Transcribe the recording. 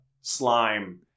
Slime